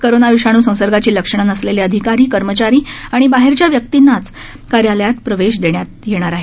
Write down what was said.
corona विषाणू संसर्गाची लक्षणं नसलेले अधिकारी कर्मचारी आणि बाहेरच्या व्यक्तींनाच कार्यालयात प्रवेश देण्यात येणार आहे